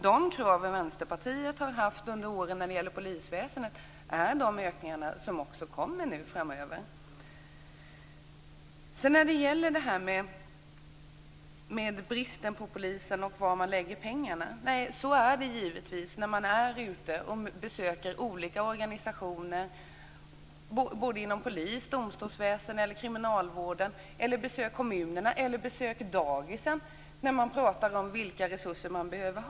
De krav Vänsterpartiet har haft under åren när det gäller polisväsendet är de ökningar som också kommer nu framöver. Så till det här med bristen på poliser och frågan om var man lägger pengarna. Så är det givetvis när man besöker olika organisationer inom polis, domstolsväsende eller kriminalvården eller när man besöker kommunerna eller dagis och pratar om vilka resurser som behövs.